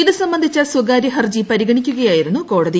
ഇത് സംബന്ധിച്ച സ്വകാര്യ ഹർജി പരിഗണിക്കുകയായിരു്ന്നു ്കോടതി